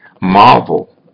marvel